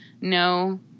no